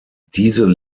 diese